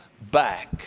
back